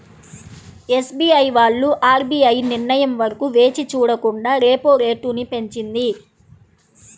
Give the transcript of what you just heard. SBI వాళ్ళు RBI నిర్ణయం వరకు వేచి చూడకుండా రెపో రేటును పెంచింది